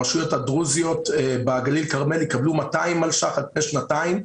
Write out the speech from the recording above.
הרשויות הדרוזיות בגליל-כרמל יקבלו 200 מיליון שקלים על פני שנתיים.